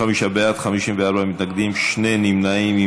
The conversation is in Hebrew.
35 בעד, 54 מתנגדים, שני נמנעים.